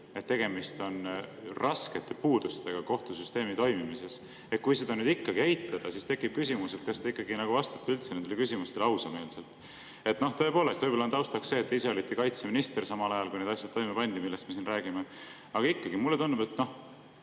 et tegemist on raskete puudustega kohtusüsteemi toimimises. Kui seda ikkagi eitada, siis tekib küsimus, kas te ikkagi vastate nendele küsimustele ausameelselt. Tõepoolest, võib-olla on taustaks see, et te ise olite kaitseminister samal ajal, kui need asjad toime pandi, millest me siin räägime. Aga ikkagi, mulle tundub, mina